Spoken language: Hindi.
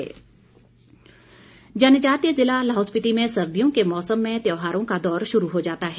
हालड़ा जनजातीय जिला लाहौल स्पिति में सर्दियों के मौसम में त्यौहारों का दौर शुरू हो जाता है